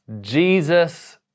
Jesus